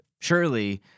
Surely